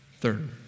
Third